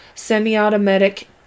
Semi-automatic